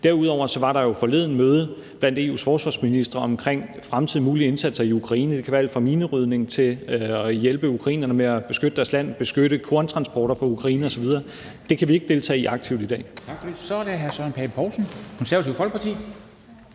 Derudover var der jo forleden møde blandt EU's forsvarsministre omkring fremtidige mulige indsatser i Ukraine. Det kan være alt fra minerydning til at hjælpe ukrainerne med at beskytte deres land, beskytte korntransporter fra Ukraine osv. Det kan vi ikke deltage i aktivt i dag.